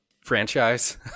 Franchise